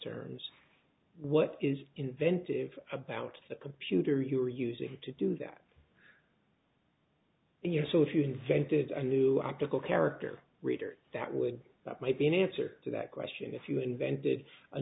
tears what is inventive about the computer you're using to do that yes so if you invented a new optical character reader that would that might be an answer to that question if you invented a